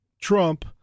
Trump